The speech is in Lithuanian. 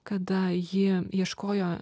kada ji ieškojo